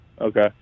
Okay